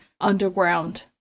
underground